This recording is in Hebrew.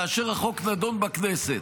כאשר החוק נדון בכנסת,